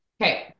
Okay